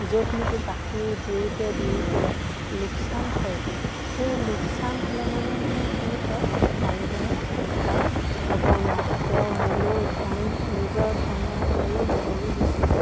য'ত নেকি বাকী দিওঁতে দিওঁতে লোকচান হয়গৈ সেই লোকচান হ'লে মানে মানে কি হয় মানুহজনে উদ্ধাৰ হ'ব নোৱাৰে তেওঁ মূলৰ ধনটো নিজৰ ধনৰ উপৰিও মূলৰো গুচি যায়